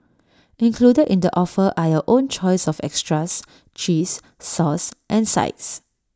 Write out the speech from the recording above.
included in the offer are your own choice of extras cheese sauce and sides